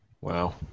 Wow